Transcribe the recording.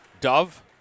Dove